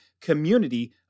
community